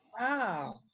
Wow